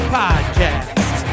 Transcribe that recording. podcast